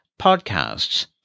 Podcasts